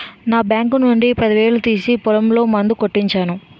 నా బాంకు నుండి పదివేలు తీసి పొలంలో మందు కొట్టించాను